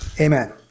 Amen